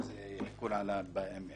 אם זה עיקול בבנקים,